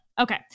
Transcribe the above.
Okay